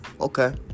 Okay